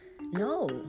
No